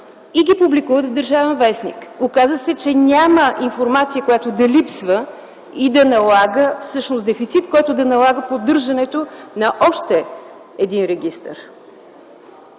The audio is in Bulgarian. и ги публикуват в „Държавен вестник”? Оказа се, че няма информация, която да липсва, и дефицит, който да налага поддържането на още един регистър.